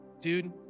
dude